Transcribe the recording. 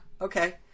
Okay